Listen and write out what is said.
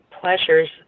pleasures